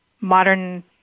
modern